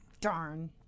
Darn